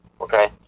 okay